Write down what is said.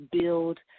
build